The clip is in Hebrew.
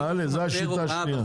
תעלה זה השיטה השנייה.